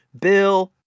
Bill